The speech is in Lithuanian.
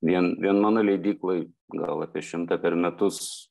vien vien mano leidykloj gal apie šimtą per metus